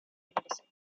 medicine